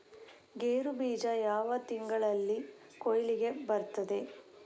ಗೇರು ಬೀಜ ಯಾವ ತಿಂಗಳಲ್ಲಿ ಕೊಯ್ಲಿಗೆ ಬರ್ತದೆ?